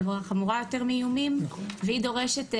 היא עבירה חמורה יותר מאיומים והיא דורשת,